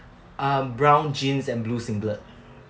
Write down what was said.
uh brown jeans and blue singlet